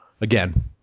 again